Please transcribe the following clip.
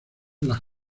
las